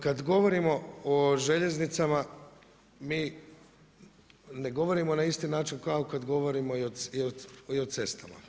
Kad govorimo o željeznicama, mi ne govorimo na isti način kao kad govorimo i o cestama.